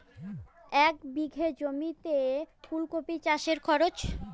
এক বিঘে জমিতে ফুলকপি চাষে খরচ?